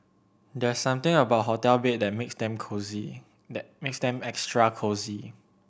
there's something about hotel bed that makes them cosy that makes them extra cosy